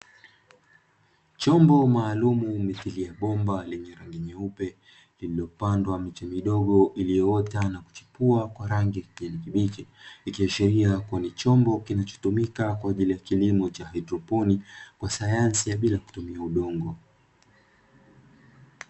Chombo maalumu mithili ya bomba lenye rangi nyeupe, lililopandwa miche midogo iliyoota na kuchipua kwa rangi ya kijani kibichi, ikiashiria kuwa ni chombo kinachotumika kwa ajili ya kilimo cha haidroponi kwa sayansi ya bila kutumia udongo.